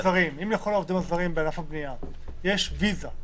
אם לכל העובדים הזרים בענף הבנייה יש ויזה,